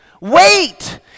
wait